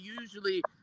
usually